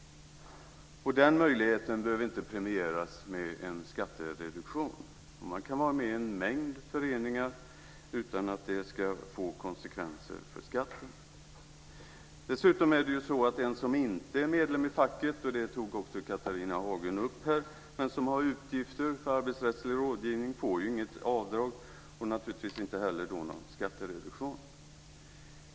Den möjligheten behöver inte premieras med en skattereduktion. Man kan vara med i en mängd föreningar utan att det ska få konsekvenser för skatten. Dessutom får den som inte är medlem i facket - det tog Catharina Hagen också upp här - och har utgifter för arbetsrättslig rådgivning inget avdrag och naturligtvis inte heller någon skattereduktion.